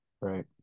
Right